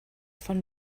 von